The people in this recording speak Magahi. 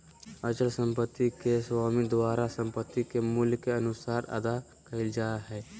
अचल संपत्ति के स्वामी द्वारा संपत्ति के मूल्य के अनुसार अदा कइल जा हइ